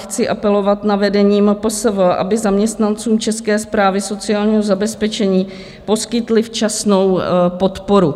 Chci apelovat na vedení MPSV, aby zaměstnancům České správy sociálního zabezpečení poskytli včasnou podporu.